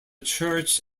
church